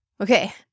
Okay